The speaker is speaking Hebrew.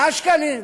100 שקלים,